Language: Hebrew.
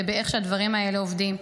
ובאיך הדברים האלה עובדים,